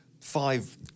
five